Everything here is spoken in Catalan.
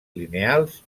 lineals